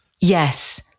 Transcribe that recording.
Yes